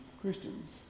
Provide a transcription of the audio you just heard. Christians